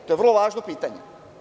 To je vrlo važno pitanje.